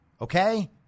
Okay